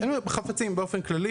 חפצים באופן כללי.